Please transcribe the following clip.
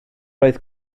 oedd